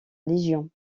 légion